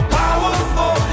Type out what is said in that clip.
powerful